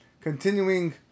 continuing